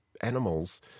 animals